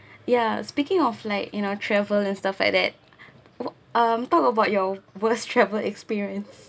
yeah speaking of like in our travel and stuff like that um talk about your worst travel experience